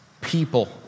people